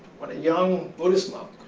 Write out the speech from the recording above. what a young buddhist monk